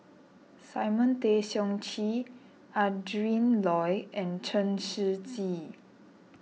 Simon Tay Seong Chee Adrin Loi and Chen Shiji